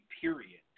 period